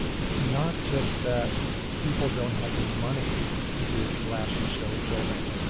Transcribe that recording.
it's not just that people don't have the money to do flashy, showy buildings.